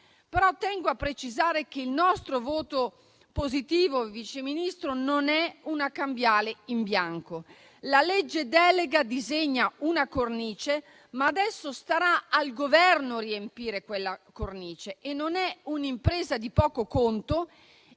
però a precisare che il nostro voto positivo, signor vice Ministro, non è una cambiale in bianco. La legge delega disegna una cornice, ma adesso starà al Governo riempirla e non è un'impresa di poco conto.